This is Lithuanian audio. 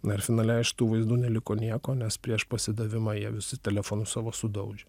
na ir finale iš tų vaizdų neliko nieko nes prieš pasidavimą jie visi telefonus savo sudaužė